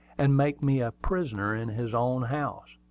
and make me a prisoner in his own house.